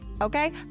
Okay